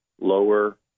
lower